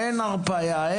אין הרפיה,